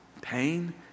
pain